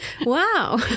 Wow